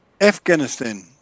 Afghanistan